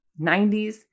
90s